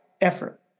effort